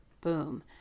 boom